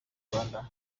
rwanda